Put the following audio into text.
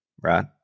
right